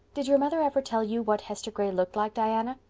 did your mother ever tell you what hester gray looked like, diana?